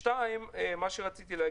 נקודה שנייה.